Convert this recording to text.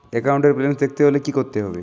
একাউন্টের ব্যালান্স দেখতে হলে কি করতে হবে?